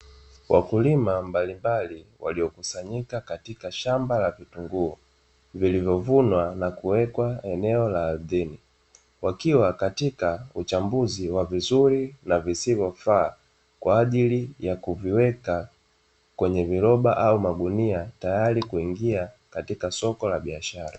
Wakulima mbalimbali waliokusanyika katika shamba la vitunguu. Vilivyovunwa na kuwekwa eneo la ardhini, wakiwa katika uchambuzi wa vizuri na visivyofaa, kwa ajili ya kuviweka kwenye viroba au magunia tayari kwa kuingia katika soko la biashara.